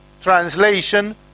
translation